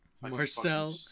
Marcel